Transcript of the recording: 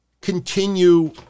continue